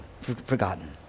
forgotten